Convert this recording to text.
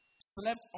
slept